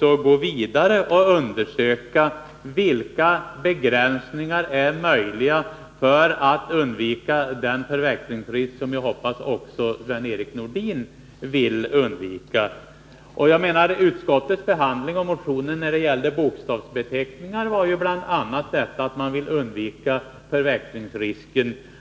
gå vidare och undersöka vilka begränsningar som är möjliga för att undvika den förväxlingsrisk som jag hoppas även Sven-Erik Nordin vill undvika. Utskottets behandling av motioner som gällde bokstavsbeteckningar gick bl.a. ut på att undvika förväxlingar.